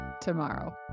tomorrow